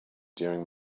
during